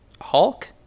Hulk